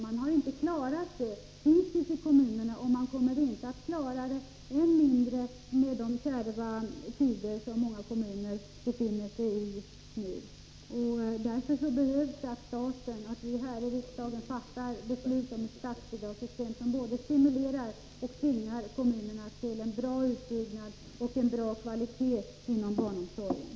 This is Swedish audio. Men man har inte klarat det hittills i kommunerna, och med de kärva tider som nu råder blir det allt svårare. Därför är det nödvändigt att vi här i riksdagen fattar beslut om ett statsbidragssystem som både stimulerar och tvingar kommunerna till en bra utbyggnad och en bra kvalitet när det gäller barnomsorgen.